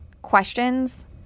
Questions